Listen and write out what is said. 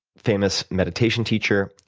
famous meditation teacher,